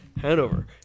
Hanover